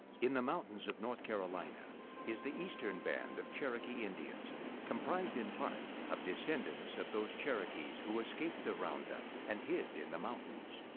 in the mountains of north carolina is the eastern band of cherokee indians comprised in part of descendants of those cherokees who escaped the roundup and hid in the mountains.